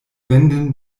wenden